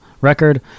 record